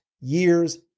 years